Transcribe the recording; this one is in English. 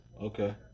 Okay